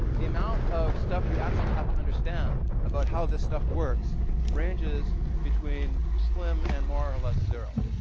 the amount of stuff you actually have to understand about how this stuff works ranges between slim and, more or less, zero.